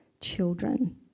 children